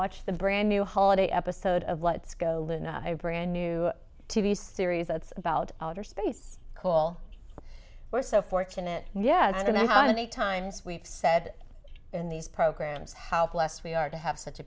watch the brand new holiday episode of let's go live brand new t v series that's about outer space cool we're so fortunate yes i don't know how many times we've said in these programs how blessed we are to have such a